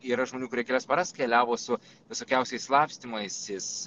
yra žmonių kurie kelias paras keliavo su visokiausiais slapstymaisis